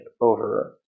over